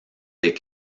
des